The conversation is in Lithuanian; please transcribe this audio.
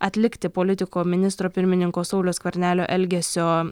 atlikti politiko ministro pirmininko sauliaus skvernelio elgesio